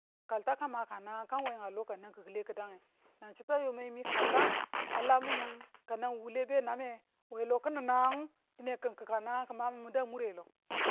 kalta ka maka nangang kang we a lo ka nang kikile ki̱ dange nan chitu a yo mayimi kalta a la minmin ka nang wuwule be nam nge we lo kini nangangu dine kin kikang nangang ki ma min du a murelo